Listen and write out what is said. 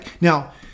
now